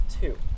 two